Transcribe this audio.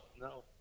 no